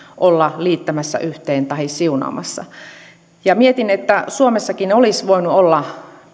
olla liittämässä yhteen tahi siunaamassa mietin että suomessakin olisi voinut olla